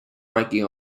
ranking